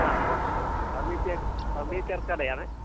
ആ ആ furniture furniture കടയാണ്